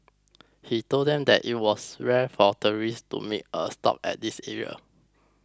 he told them that it was rare for tourists to make a stop at this area